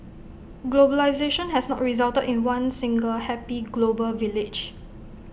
globalisation has not resulted in one single happy global village